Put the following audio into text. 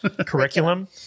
curriculum